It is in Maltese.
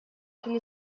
kien